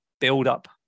buildup